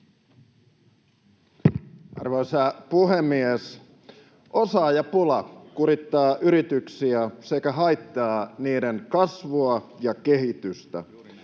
Arvoisa puhemies! Osaajapula kurittaa yrityksiä sekä haittaa niiden kasvua ja kehitystä.